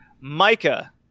micah